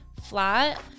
flat